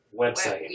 website